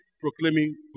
proclaiming